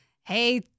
hey